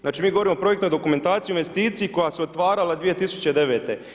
Znači mi govorimo o projektnoj dokumentaciji, investiciji, koja se otvarala 2009.